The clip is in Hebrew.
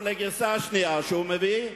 והגרסה השנייה שהוא מביא,